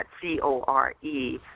C-O-R-E